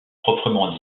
proprement